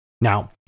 Now